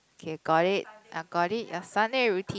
okay got it I got it your Sunday routine